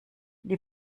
die